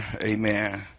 Amen